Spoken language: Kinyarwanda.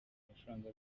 amafaranga